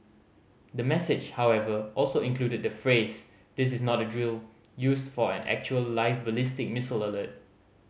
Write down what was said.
the message however also included the phrase This is not a drill used for an actual live ballistic missile alert